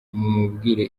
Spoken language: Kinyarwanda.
mumubwire